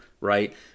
right